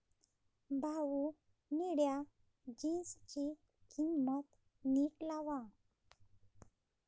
भाऊ, निळ्या जीन्सची किंमत नीट लावा